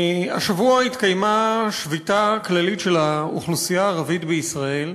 השבוע התקיימה שביתה כללית של האוכלוסייה הערבית בישראל,